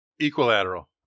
Equilateral